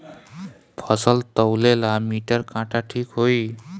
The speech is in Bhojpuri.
फसल तौले ला मिटर काटा ठिक होही?